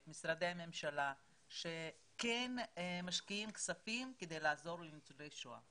את משרדי הממשלה שכן משקיעים כספים כדי לעזור לניצולי השואה.